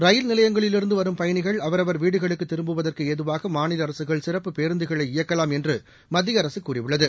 ரயில் நிலைபங்களிலிருந்து வரும் பயணிகள் அவரவர் வீடுகளுக்குத் திரும்புவதற்கு ஏதுவாக மாநில அரசுகள் சிறப்பு பேருந்துகளை இயக்கலாம் என்று மத்திய அரகூ கூறியுள்ளது